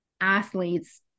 athletes